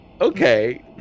Okay